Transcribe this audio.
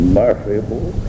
merciful